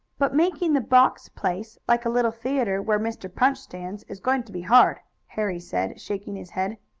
but making the box-place, like a little theatre, where mr. punch stands, is going to be hard, harry said, shaking his head.